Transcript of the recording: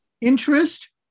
interest